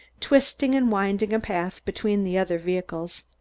twisting and winding a path between the other vehicles,